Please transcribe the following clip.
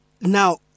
Now